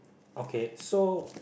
okay so